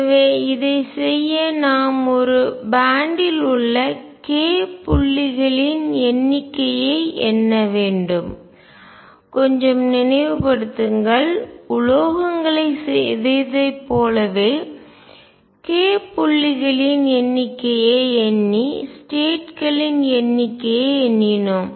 எனவே இதைச் செய்ய நாம் ஒரு பேன்ட் இல் பட்டை உள்ள k புள்ளிகளின் எண்ணிக்கையை எண்ண வேண்டும் கொஞ்சம் நினைவுபடுத்துங்கள் உலோகங்களை செய்ததை போலவே k புள்ளிகளின் எண்ணிக்கையை எண்ணி ஸ்டேட்களின் எண்ணிக்கையை எண்ணினோம்